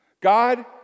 God